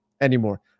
anymore